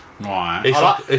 Right